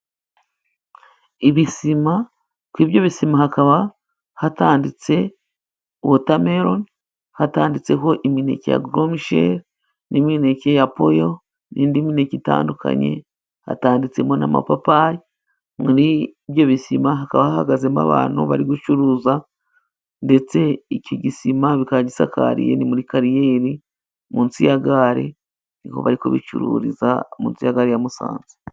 Ibisima, kuri ibyo bisima hakaba hatanditse watameloni, hatanditseho imineke ya goromisheri ,n'imineke ya poyo, n'indi mineke itandukanye ,hatanditsemo n'amapapayi, muri ibyo bisima ,hakaba hahagazemo abantu bari gucuruza, ndetse iki gisima bikaba gisakariye, ni muri kariyeri munsi ya gare, aho bari kubicururiza munsi ya gare ya Musanze.